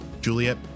Juliet